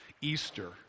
Easter